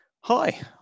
Hi